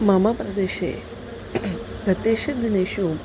मम प्रदेशे गतेषु दिनेषु